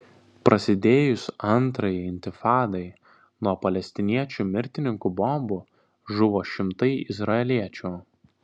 prasidėjus antrajai intifadai nuo palestiniečių mirtininkų bombų žuvo šimtai izraeliečių